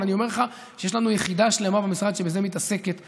אבל אני אומר לך שיש לנו יחידה שלמה במשרד שמתעסקת בזה.